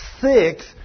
six